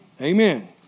Amen